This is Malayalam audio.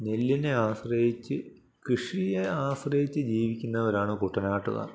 നെല്ലിനെ ആശ്രയിച്ച് കൃഷിയെ ആശ്രയിച്ച് ജീവിക്കുന്നവരാണ് കുട്ടനാട്ടുകാർ